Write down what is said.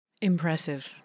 Impressive